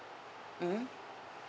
mm